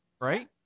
Right